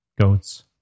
goats